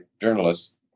journalists